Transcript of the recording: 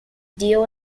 deal